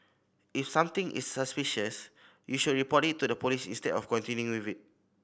if something is suspicious you should report it to the police instead of continuing with it